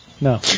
No